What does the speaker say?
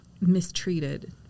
mistreated